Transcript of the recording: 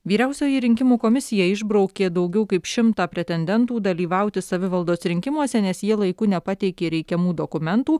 vyriausioji rinkimų komisija išbraukė daugiau kaip šimtą pretendentų dalyvauti savivaldos rinkimuose nes jie laiku nepateikė reikiamų dokumentų